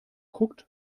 guckt